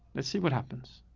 let's see what happens.